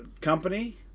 Company